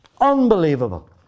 Unbelievable